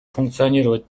функционировать